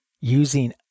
using